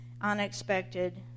unexpected